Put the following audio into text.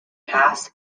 past